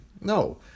no